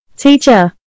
teacher